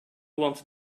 wanted